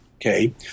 Okay